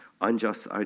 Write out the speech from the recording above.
unjust